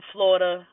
Florida